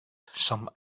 some